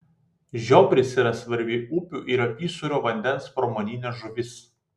žiobris yra svarbi upių ir apysūrio vandens pramoninė žuvis